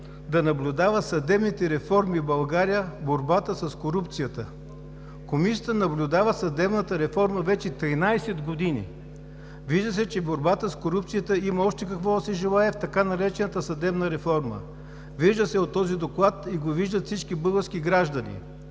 да наблюдава съдебните реформи в България в борбата с корупцията. Комисията наблюдава съдебната реформа вече 13 години. Вижда се, че в борбата с корупцията има още какво да се желае в така наречената съдебна реформа.“ Вижда се от този доклад и го виждат всички български граждани,